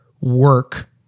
work